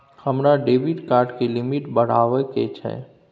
हमरा debit card के limit बढावा के छै